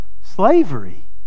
slavery